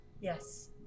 Yes